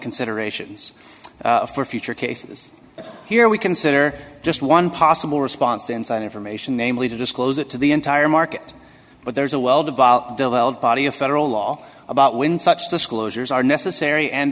considerations for future cases here we consider just one possible response to inside information namely to disclose it to the entire market but there is a well the body of federal law about when such disclosures are necessary and